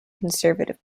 conservative